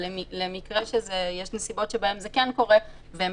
אבל למקרה שיש נסיבות שבהן זה כן קורה והן